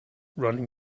running